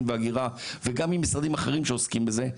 והאגירה וגם עם משרדים אחרים שעוסקים בזה,